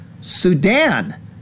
Sudan